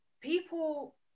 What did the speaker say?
people